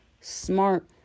smart